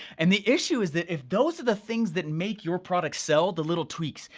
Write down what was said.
and the issue is that if those are the things that make your product sell the little tweaks,